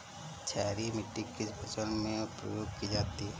क्षारीय मिट्टी किस फसल में प्रयोग की जाती है?